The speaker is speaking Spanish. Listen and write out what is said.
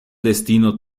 destino